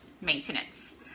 maintenance